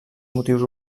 motius